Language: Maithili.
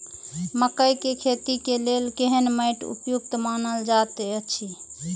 मकैय के खेती के लेल केहन मैट उपयुक्त मानल जाति अछि?